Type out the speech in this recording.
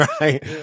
right